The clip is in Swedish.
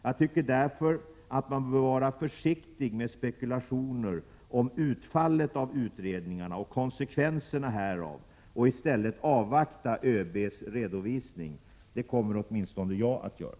Jag tycker därför att man bör vara försiktig med spekulationer om utfallet av utredningarna och konsekvenserna härav och i stället avvakta ÖB:s redovisning. Det kommer åtminstone jag att göra.